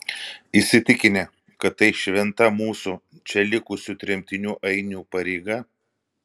įsitikinę kad tai šventa mūsų čia likusių tremtinių ainių pareiga